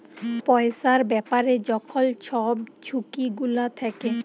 পইসার ব্যাপারে যখল ছব ঝুঁকি গুলা থ্যাকে